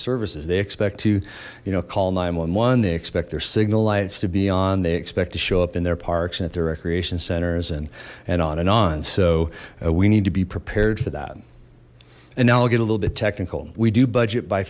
services they expect to you know call nine they expect their signal lights to be on they expect to show up in their parks and if their recreation centers and and on and on so we need to be prepared for that and now i'll get a little bit technical we do budget by